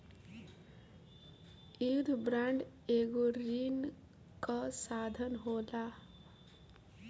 युद्ध बांड एगो ऋण कअ साधन होला